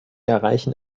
erreichen